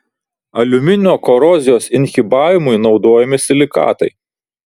aliuminio korozijos inhibavimui naudojami silikatai